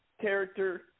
character